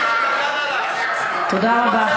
תודה רבה.